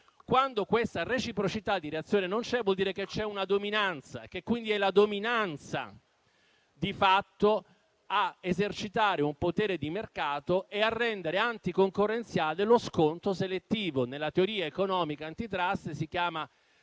Quando questa reciprocità di reazione non c'è, vuol dire che c'è una dominanza e che quindi è la dominanza, di fatto, a esercitare un potere di mercato e a rendere anti-concorrenziale lo sconto selettivo. Nella teoria economica antitrust, questa